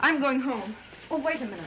i'm going home oh wait a minute